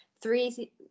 three